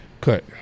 cut